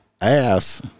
ass